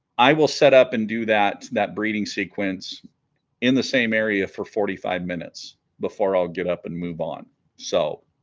i will set up and do that that breeding sequence in the same area for forty five minutes before i'll get up and move on so